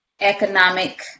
economic